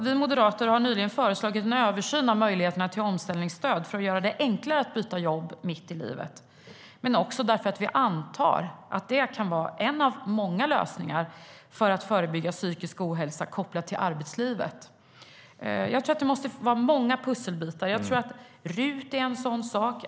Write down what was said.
Vi moderater har nyligen föreslagit en översyn av möjligheterna till omställningsstöd för att göra det enklare att byta jobb mitt i livet, men också för att vi antar att det kan vara en av många lösningar när det gäller att förebygga psykisk ohälsa med koppling till arbetslivet. Jag tror att det måste vara många pusselbitar. Jag tror att RUT är en.